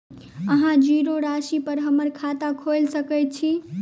अहाँ जीरो राशि पर हम्मर खाता खोइल सकै छी?